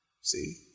See